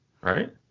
Right